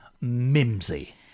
Mimsy